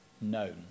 known